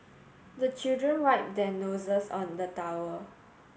the children wipe their noses on the towel